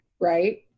right